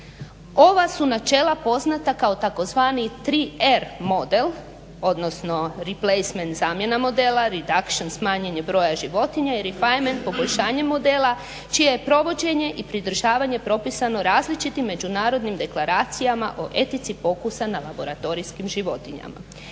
Ova su načela poznata kao tzv. 3R model, odnosno replacemant zamjena modela, redaction smanjenje broja životinja i refeinment poboljšanje modela čije je provođenje i pridržavanje propisano različitim međunarodnim deklaracijama o etici pokusa na laboratorijskim životinja.